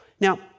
Now